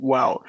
Wow